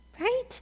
Right